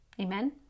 Amen